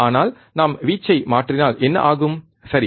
ஆனால் நாம் வீச்சை மாற்றினால் என்ன ஆகும் சரி